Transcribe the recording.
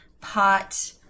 pot